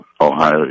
Ohio